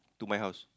to my house